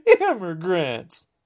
immigrants